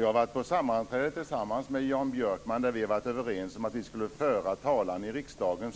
Jag har varit på sammanträden tillsammans med Jan Björkman där vi har varit överens om att vi skulle föra den talan i riksdagen